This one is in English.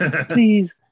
please